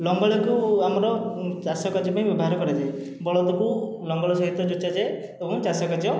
ଲଙ୍ଗଳକୁ ଆମର ଚାଷ କାର୍ଯ୍ୟ ପାଇଁ ବ୍ୟବହାର କରାଯାଏ ବଳଦକୁ ଲଙ୍ଗଳ ସହିତ ଯୋଚା ଯାଏ ଏବଂ ଚାଷ କାର୍ଯ୍ୟ